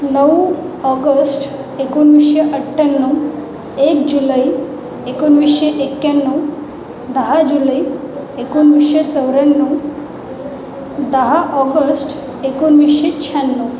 नऊ ऑगस्ट एकोणवीसशे अठ्याण्णव एक जुलै एकोणवीसशे एक्याण्णव दहा जुलै एकोणवीसशे चौऱ्याण्णव दहा ऑगस्ट एकोणवीसशे शहाण्णव